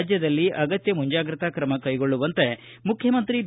ರಾಜ್ಯದಲ್ಲಿ ಅಗತ್ಯ ಮುಂಜಾಗ್ರತಾ ಕ್ರಮ ಕೈಗೊಳ್ಳುವಂತೆ ಮುಖ್ಯಮಂತ್ರಿ ಬಿ